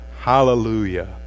hallelujah